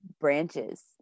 branches